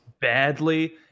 badly